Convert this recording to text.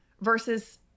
versus